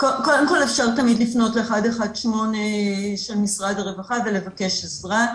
קודם כל אפשר תמיד לפנות ל-118 של משרד הרווחה ולבקש עזרה.